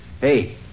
hey